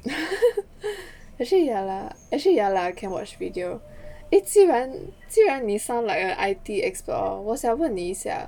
actually ya lah actually ya lah can watch video eh 既然既然你 sound like a I_T expert 我想问你一下